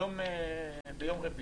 ביום רביעי.